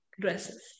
Dresses